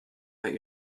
that